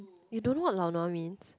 you don't know what lao nua means